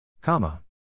Comma